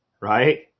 right